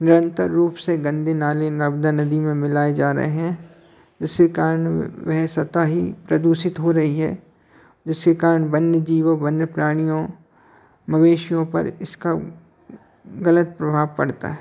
निरंतर रूप से गंदे नाले नर्मदा नदी में मिलाए जा रहे हैं जिसके कारण वे स्वतः ही प्रदूषित हो रही है जिसके कारण वन्य जीवों वन्य प्राणियों मवेशियों पर इसका ग़लत प्रभाव पड़ता है